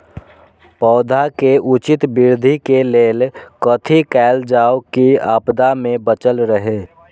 पौधा के उचित वृद्धि के लेल कथि कायल जाओ की आपदा में बचल रहे?